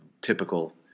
typical